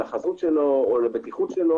לחזותו או לבטיחותו,